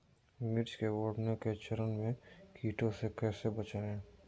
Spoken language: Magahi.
मिर्च के बढ़ने के चरण में कीटों से कैसे बचये?